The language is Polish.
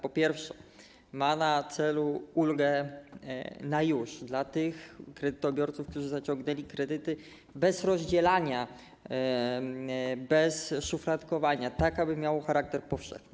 Po pierwsze, ma na celu ulgę na już dla tych kredytobiorców, którzy zaciągnęli kredyty, bez rozdzielania, bez szufladkowania, tak aby to miało charakter powszechny.